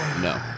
No